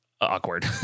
awkward